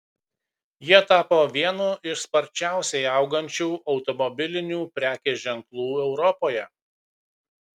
jie tapo vienu iš sparčiausiai augančių automobilinių prekės ženklų europoje